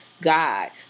God